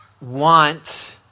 want